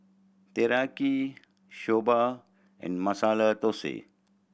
Teriyaki Soba and Masala Dosa